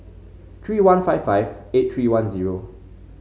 three one five five eight three one zero